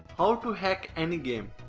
how to hack any game,